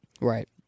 Right